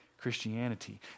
Christianity